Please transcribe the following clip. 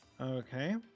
Okay